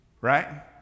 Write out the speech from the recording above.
Right